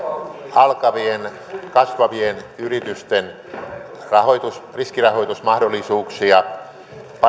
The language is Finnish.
alkavien kasvavien yritysten riskirahoitusmahdollisuuksia